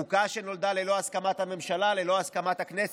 חוקה שנולדה ללא הסכמת הממשלה, ללא הסכמת הכנסת,